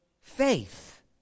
faith